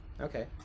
Okay